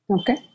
okay